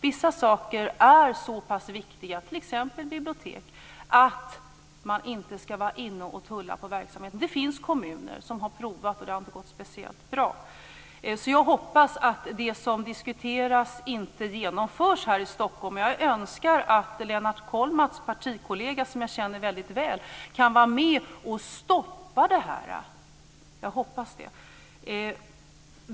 Vissa verksamheter, t.ex. bibliotek, är så pass viktiga att man inte ska tulla på dem. Det finns kommuner som har provat att göra detta, och det har inte gått särskilt bra. Jag hoppas att det som nu diskuteras inte kommer att genomföras här i Stockholm. Jag hoppas att Lennart Kollmats partikollega, som jag känner väldigt väl, kan vara med om att stoppa det.